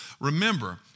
Remember